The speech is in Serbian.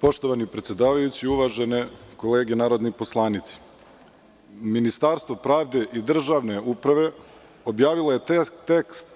Poštovani predsedavajući, uvažene kolege narodni poslanici, Ministarstvo pravde i državne uprave objavilo je tekst